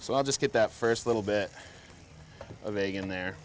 so i'll just get that first little bit of a and they're